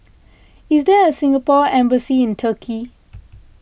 is there a Singapore Embassy in Turkey